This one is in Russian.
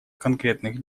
конкретных